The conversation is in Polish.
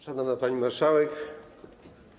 Szanowna Pani Marszałek!